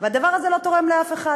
והדבר הזה לא תורם לאף אחד,